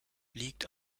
liegt